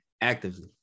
actively